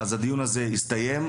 אז הדיון הזה יסתיים,